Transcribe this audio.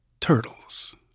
turtles